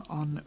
on